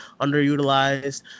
underutilized